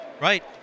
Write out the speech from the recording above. right